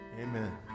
Amen